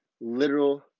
literal